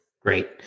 Great